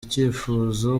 icyifuzo